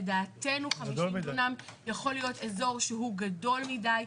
לדעתנו 50 דונם יכול להיות אזור שהוא גדול מידי.